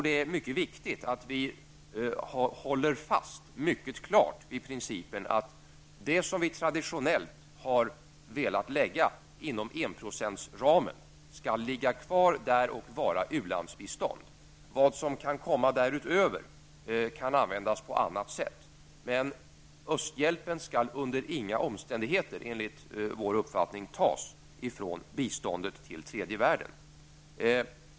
Det är mycket viktigt att vi klart håller fast vid principen att det som vi traditionellt har velat lägga inom enprocentsramen skall ligga kvar där och vara u-landsbistånd. Vad som kan komma därutöver kan användas på annat sätt, men enligt vår uppfattning skall östhjälpen under inga omständigheter tas från biståndet till tredje världen.